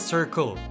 Circle